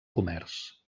comerç